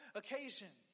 occasion